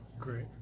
Great